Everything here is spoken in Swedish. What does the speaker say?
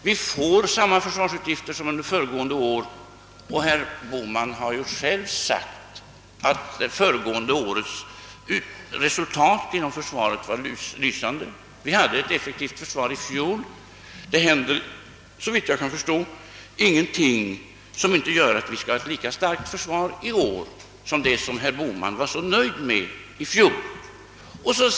Vi får samma försvarsutgifter som under föregående år, och herr Bohman har ju själv sagt att förra årets resultat inom försvaret var lysande. Vi hade alltså ett effektivt försvar i fjol. Det händer, såvitt jag kan förstå, ingenting som gör att vi inte skall kunna hålla ett lika starkt försvar i år som det som herr Bohman var så nöjd med i fjol.